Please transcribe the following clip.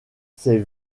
ses